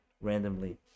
randomly